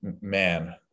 man